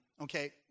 Okay